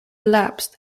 lapsed